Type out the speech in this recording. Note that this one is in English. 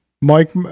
Mike